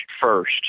first